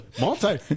multi